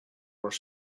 were